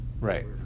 right